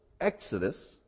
exodus